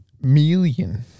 million